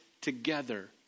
together